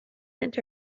into